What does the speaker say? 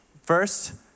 First